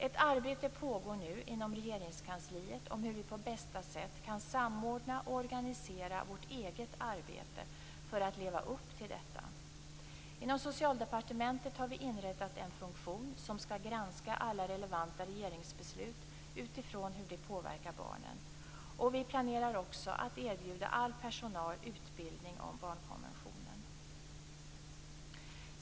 Ett arbete pågår nu inom Regeringskansliet med frågan om hur vi på bästa sätt kan samordna och organisera vårt eget arbete för att leva upp till detta. Inom Socialdepartementet har vi inrättat en funktion som skall granska alla relevanta regeringsbeslut utifrån hur de påverkar barnen. Vi planerar också att erbjuda all personal utbildning om barnkonventionen.